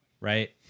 right